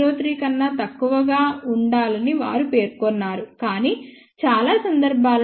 03 కన్నా తక్కువగా ఉండాలని వారు పేర్కొన్నారు కాని చాలా సందర్భాలలో 0